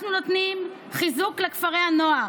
אנחנו נותנים חיזוק לכפרי הנוער.